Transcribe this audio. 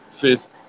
fifth